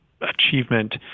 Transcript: achievement